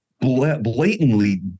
blatantly